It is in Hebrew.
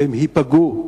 והן ייפגעו.